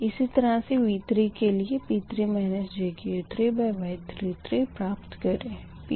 इसी तरह से V3 के लिए P3 jQ3capital Y33 प्राप्त करेंगे